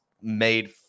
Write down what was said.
made